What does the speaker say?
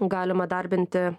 galima darbinti